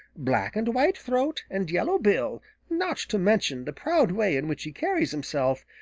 black and white throat and yellow bill, not to mention the proud way in which he carries himself,